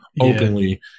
openly